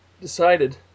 decided